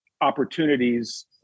opportunities